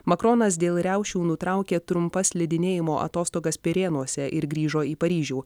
makronas dėl riaušių nutraukė trumpas slidinėjimo atostogas pirėnuose ir grįžo į paryžių